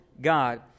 God